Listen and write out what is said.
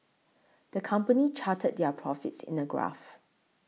the company charted their profits in a graph